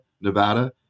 Nevada